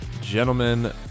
gentlemen